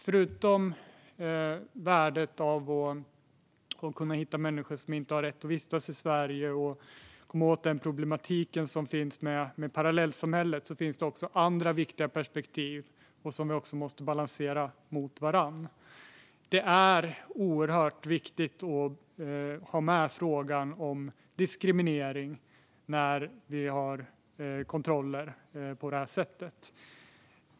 Förutom värdet av att kunna hitta människor som inte har rätt att vistas i Sverige och att kunna komma åt den problematik som finns med parallellsamhället finns det andra viktiga perspektiv som vi också måste balansera mot varandra. Det är oerhört viktigt att ha med frågan om diskriminering när vi gör kontroller på det här sättet.